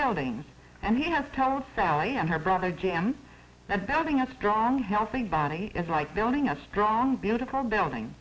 buildings and he has told sally and her brother jan that building a strong healthy body is like building a strong beautiful building